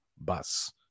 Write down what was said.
bus